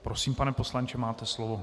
Prosím, pane poslanče, máte slovo.